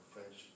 French